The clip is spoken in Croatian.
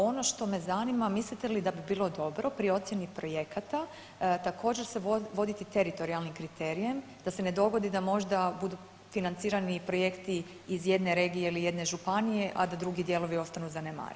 Ono što me zanima, mislite li da bi bilo dobro pri ocjeni projekata također se voditi teritorijalnim kriterijem da se ne dogodi da možda financirani projekti iz jedne regije ili jedne županije, a da drugi dijelovi ostanu zanemareni.